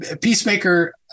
Peacemaker